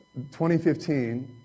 2015